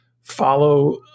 follow